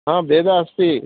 भेदः अस्ति